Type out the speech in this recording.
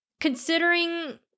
considering